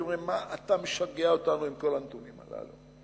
שאומרים: מה אתה משגע אותנו עם כל הנתונים הללו?